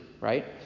right